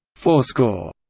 fourscore,